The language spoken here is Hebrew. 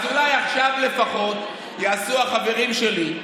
אז אולי עכשיו לפחות יעשו החברים שלי,